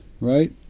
right